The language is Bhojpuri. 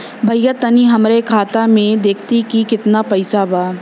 भईया तनि हमरे खाता में देखती की कितना पइसा बा?